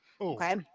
Okay